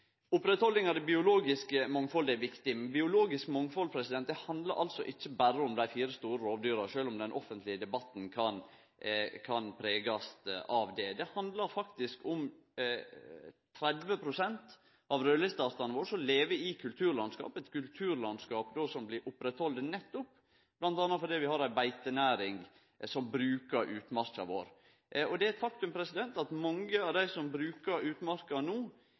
det biologiske mangfaldet er viktig. Men biologisk mangfald handlar ikkje berre om dei fire store rovdyra, sjølv om den offentlege debatten kan vere prega av det. Det handlar faktisk om 30 pst. av raudlisteartane våre som lever i eit kulturlandskap som nettopp blir oppretthalde bl.a. fordi vi har ei beitenæring som bruker utmarka vår. Det er eit faktum at mange av dei som bruker utmarka no